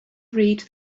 read